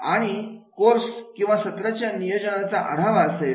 आणि कोर्स किंवा सत्रांचे नियोजनाचा आढावा असेल